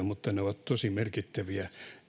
mutta ne ovat tosi merkittäviä